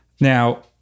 Now